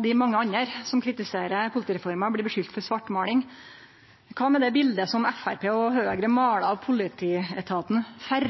dei mange andre som kritiserer politireforma, blir skulda for svartmåling. Kva med det biletet som Framstegspartiet og Høgre målar av politietaten før